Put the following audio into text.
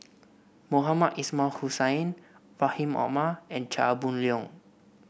Mohamed Ismail Hussain Rahim Omar and Chia Boon Leong